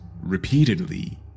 repeatedly